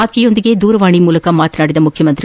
ಆಕೆಯೊಂದಿಗೆ ದೂರವಾಣಿಯ ಮೂಲಕ ಮಾತನಾಡಿದ ಮುಖ್ಯಮಂತ್ರಿ